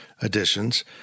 additions